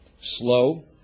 Slow